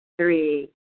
three